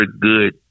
good